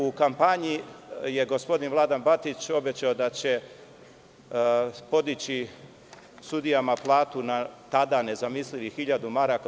U kampanji je gospodin Vladan Batić, obećao da će podići sudijama platu na tada nezamislivih 1000 maraka.